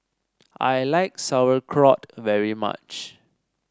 I like Sauerkraut very much